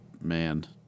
man